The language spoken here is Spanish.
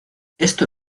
esto